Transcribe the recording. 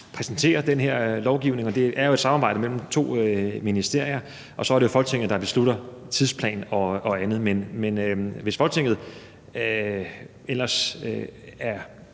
præsentere den her lovgivning. Det er jo et samarbejde mellem to ministerier, og så er det Folketinget, der beslutter tidsplan og andet. Men hvis Folketinget ellers er